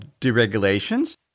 deregulations